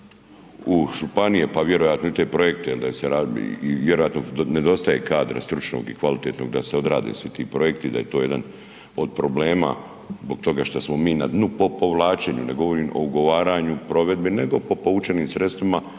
u županije pa vjerojatno i u te projekte, vjerojatno nedostaje kadra stručnog i kvalitetnog da se odradi svi ti projekti, da je to jedan od problema zbog toga što smo mi na dnu po povlačenju. Ne govorim o ugovaranju, provedbi nego po povučenim sredstvima